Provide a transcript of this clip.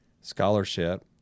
Scholarship